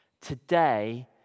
Today